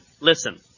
listen